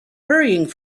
hurrying